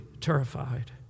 terrified